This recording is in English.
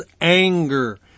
anger